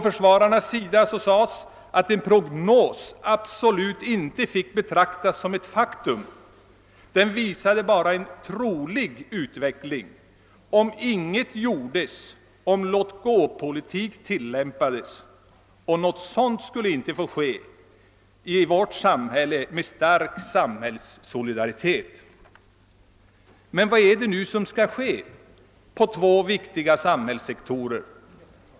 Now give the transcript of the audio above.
Försvararna framhöll att en prognos absolut inte fick betraktas som ett faktum utan bara visar en trolig utveckling, om ingenting gjordes och om låt-gå-politik tilllämpades. Något sådant skulle inte få ske i vårt samhälle med stark samhällssolidaritet. Men vad är det nu som skall äga rum inom två viktiga samhällssektorer?